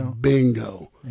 Bingo